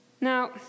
Now